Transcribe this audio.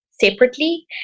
separately